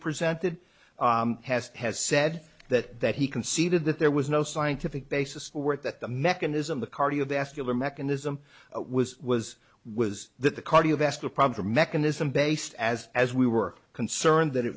presented has has said that that he conceded that there was no scientific basis for it that the mechanism the cardiovascular mechanism was was was that the cardiovascular problem mechanism based as as we were concerned that it